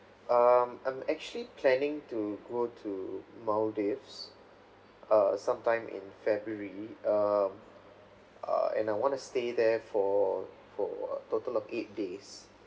um I'm actually planning to go to maldives uh sometime in february um uh and I wanna stay there for for a total of eight days